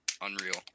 unreal